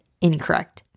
incorrect